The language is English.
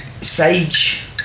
sage